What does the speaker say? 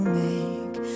make